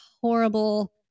horrible